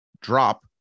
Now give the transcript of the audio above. drop